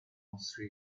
مسری